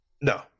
No